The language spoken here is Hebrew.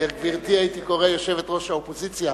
יושבת-ראש האופוזיציה.